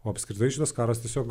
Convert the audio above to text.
o apskritai šitas karas tiesiog